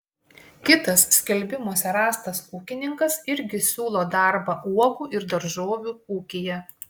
kitas skelbimuose rastas ūkininkas irgi siūlo darbą uogų ir daržovių ūkyje